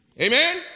Amen